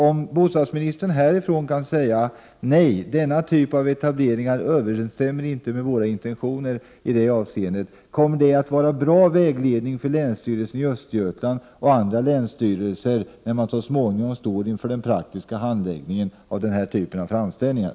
Om bostadsministern kan säga att denna typ av etableringar inte överensstämmer med våra intentioner i det avseendet, kommer det att vara bra vägledning för länsstyrelsen i Östergötland och andra länsstyrelser, när man så småningom står inför den praktiska handläggningen av denna typ av framställningar.